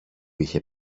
είχε